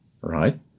right